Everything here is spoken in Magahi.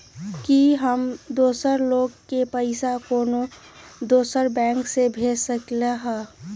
कि हम दोसर लोग के पइसा कोनो दोसर बैंक से भेज सकली ह?